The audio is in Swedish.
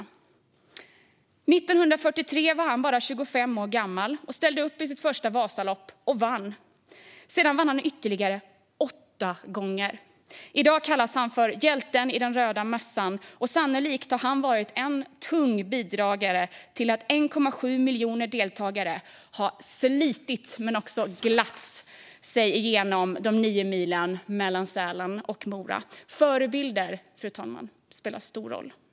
År 1943 var han bara 25 år gammal, ställde upp i sitt första Vasalopp och vann. Sedan vann han ytterligare åtta gånger. I dag kallas han för Hjälten i den röda mössan. Han har sannolikt varit tungt bidragande till att 1,7 miljoner deltagare har slitit men också glatt sig genom de nio milen mellan Sälen och Mora. Förebilder spelar en stor roll, fru talman.